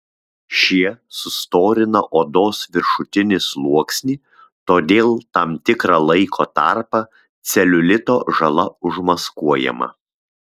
šie sustorina odos viršutinį sluoksnį todėl tam tikrą laiko tarpą celiulito žala užmaskuojama